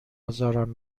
ازارم